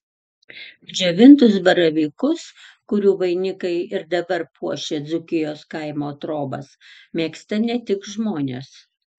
džiovintus baravykus kurių vainikai ir dabar puošia dzūkijos kaimo trobas mėgsta ne tik žmonės